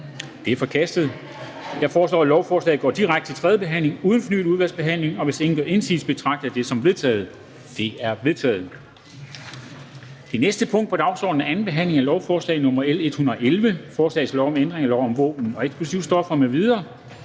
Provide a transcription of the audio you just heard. Det er forkastet. Jeg foreslår, at lovforslaget går direkte til tredje behandling uden fornyet udvalgsbehandling. Hvis ingen gør indsigelse, betragter jeg det som vedtaget. Det er vedtaget. --- Det næste punkt på dagsordenen er: 10) 2. behandling af lovforslag nr. L 111: Forslag til lov om ændring af lov om våben og eksplosivstoffer m.v.